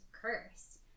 curse